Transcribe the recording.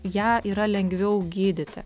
ją yra lengviau gydyti